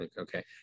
okay